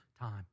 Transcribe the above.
time